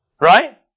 Right